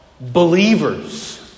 believers